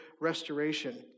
restoration